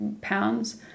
pounds